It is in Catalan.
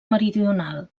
meridional